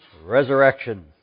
Resurrection